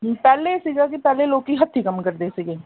ਪਹਿਲੇ ਸੀਗਾ ਕਿ ਪਹਿਲੇ ਲੋਕ ਹੱਥੀਂ ਕੰਮ ਕਰਦੇ ਸੀਗੇ